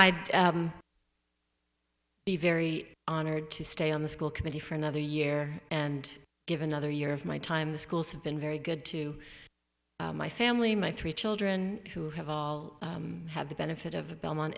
i'd be very honored to stay on the school committee for another year and give another year of my time the schools have been very good to my family my three children who have all had the benefit of a bel